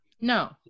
No